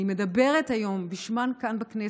אני מדברת היום בשמן כאן, בכנסת.